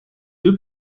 deux